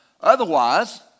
otherwise